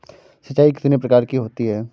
सिंचाई कितनी प्रकार की होती हैं?